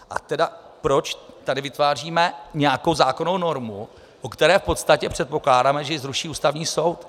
A proč tady tedy vytváříme nějakou zákonnou normu, o které v podstatě předpokládáme, že ji zruší Ústavní soud?